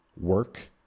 work